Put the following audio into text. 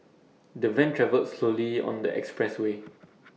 the van travelled slowly on the expressway